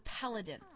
paladin